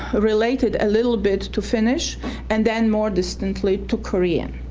ah related a little bit to finish and then more distantly to korean,